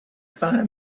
found